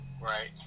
Right